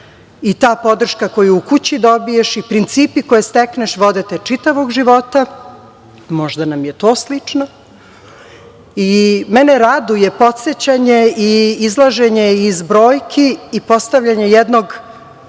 i ta podrška koju u kući dobiješ i principi koje stekneš vode te čitavog života, možda nam je to slično i mene raduje podsećanje i izlaženje iz brojki i postavljanje jednog